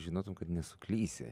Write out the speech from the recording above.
žinotum kad nesuklysi